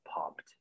pumped